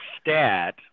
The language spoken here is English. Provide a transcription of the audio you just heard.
stat